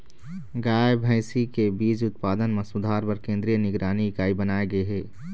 गाय, भइसी के बीज उत्पादन म सुधार बर केंद्रीय निगरानी इकाई बनाए गे हे